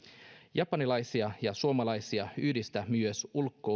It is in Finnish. japanilaisia ja suomalaisia yhdistää myös